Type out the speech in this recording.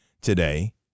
today